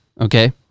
Okay